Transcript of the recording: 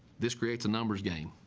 this creates a numbers game